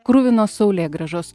kruvinos saulėgrąžos